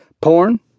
porn